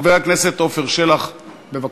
חבר הכנסת עפר שלח, בבקשה.